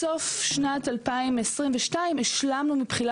סוף שנת 2022 השלמנו מבחינה